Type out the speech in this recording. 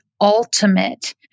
ultimate